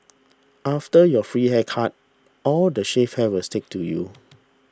after your free haircut all the shaved hair will stick to you